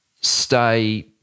stay